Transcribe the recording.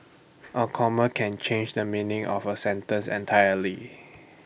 A comma can change the meaning of A sentence entirely